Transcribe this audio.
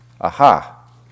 aha